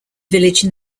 village